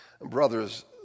Brothers